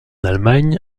allemagne